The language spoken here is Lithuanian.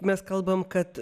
mes kalbame kad